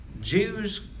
Jews